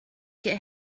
get